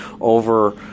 over